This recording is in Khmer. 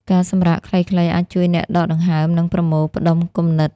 ការសម្រាកខ្លីៗអាចជួយអ្នកដកដង្ហើម និងប្រមូលផ្តុំគំនិត។